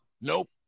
Nope